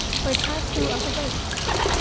for it has no other virtues.